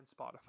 Spotify